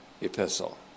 epistle